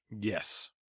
Yes